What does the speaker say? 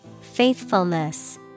Faithfulness